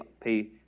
pay